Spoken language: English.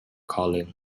calling